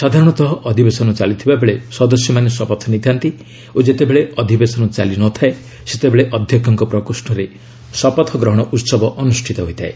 ସାଧାରଣତଃ ଅଧିବେଶନ ଚାଲିଥିବା ବେଳେ ସଦସ୍ୟମାନେ ଶପଥ ନେଇଥାନ୍ତି ଓ ଯେତେବେଳେ ଅଧିବେଶନ ଚାଲିନଥାଏ ସେତେବେଳେ ଅଧ୍ୟକ୍ଷଙ୍କ ପ୍ରକୋଷ୍ଠରେ ଶପଥ ଗ୍ରହଣ ଉହବ ଅନୁଷ୍ଠିତ ହୋଇଥାଏ